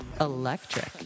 Electric